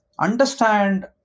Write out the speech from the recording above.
understand